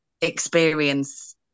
experience